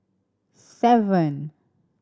seven